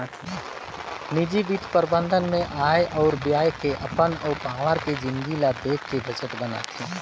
निजी बित्त परबंध मे आय अउ ब्यय के अपन अउ पावार के जिनगी ल देख के बजट बनाथे